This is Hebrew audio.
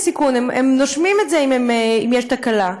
בסיכון הכי גבוה, הם נושמים את זה, אם יש תקלה,